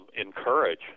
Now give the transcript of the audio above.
encourage